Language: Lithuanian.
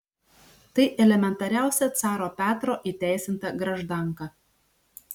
tai elementariausia caro petro įteisinta graždanka